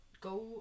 go